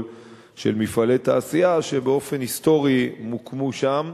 של מפעלי תעשייה שבאופן היסטורי מוקמו שם,